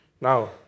Now